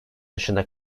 dışında